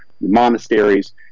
monasteries